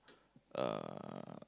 uh